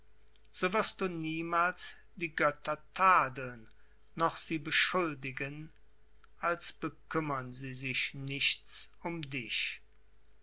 so wirst du niemals die götter tadeln noch sie beschuldigen als bekümmern sie sich nichts um dich